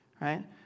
right